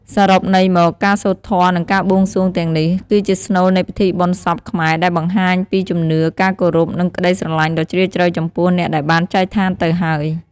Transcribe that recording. សរុបន័យមក ការសូត្រធម៌ និងការបួងសួងទាំងនេះ គឺជាស្នូលនៃពិធីបុណ្យសពខ្មែរ ដែលបង្ហាញពីជំនឿ ការគោរព និងក្តីស្រឡាញ់ដ៏ជ្រាលជ្រៅចំពោះអ្នកដែលបានចែកឋានទៅហើយ។